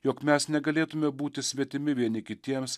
jog mes negalėtume būti svetimi vieni kitiems